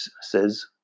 says